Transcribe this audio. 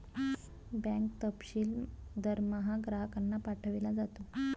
bank तपशील दरमहा ग्राहकांना पाठविला जातो